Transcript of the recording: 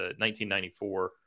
1994